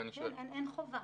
אין חובה.